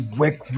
work